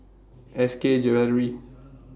S K Jewellery